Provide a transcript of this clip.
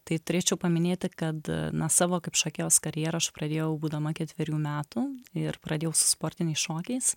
tai turėčiau paminėti kad na savo kaip šokėjos karjerą aš pradėjau būdama ketverių metų ir pradėjau su sportiniais šokiais